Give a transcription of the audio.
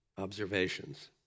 observations